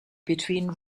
between